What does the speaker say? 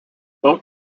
both